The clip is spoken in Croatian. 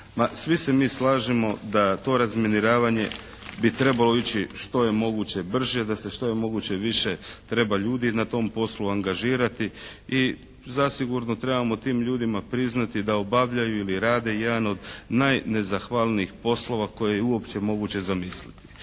svi se mi slažemo da to razminiravanja bi trebalo ići što je moguće brže da se što je moguće više treba ljudi na tom poslu angažirati. I zasigurno trebamo tim ljudima priznati da obavljaju ili rade jedan od najnezahvalnijih poslova koji je uopće moguće zamisliti.